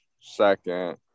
second